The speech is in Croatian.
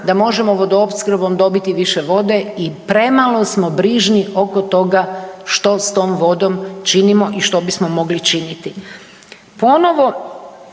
da možemo vodoopskrbom dobiti više vode i premalo smo brižni oko toga što s tom vodom činimo i što bismo mogli činiti.